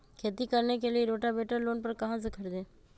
खेती करने के लिए रोटावेटर लोन पर कहाँ से खरीदे?